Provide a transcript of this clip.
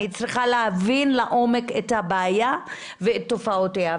אני צריכה להבין לעומק את הבעיה ואת תופעותיה.